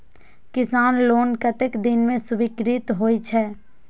किसान लोन कतेक दिन में स्वीकृत होई छै?